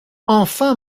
enfin